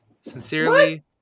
Sincerely